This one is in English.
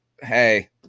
hey